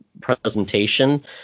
presentation